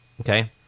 okay